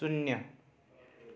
शून्य